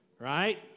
right